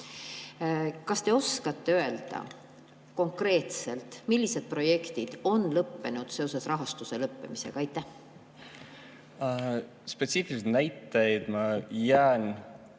Kas te oskate öelda konkreetselt, millised projektid on lõppenud seoses rahastuse lõppemisega? Suur